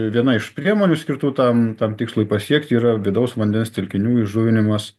viena iš priemonių skirtų tam tam tikslui pasiekti yra vidaus vandens telkinių įžuvinimas